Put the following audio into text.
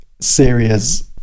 serious